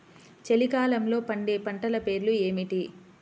చలికాలంలో పండే పంటల పేర్లు ఏమిటీ?